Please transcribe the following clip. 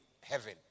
heaven